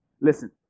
Listen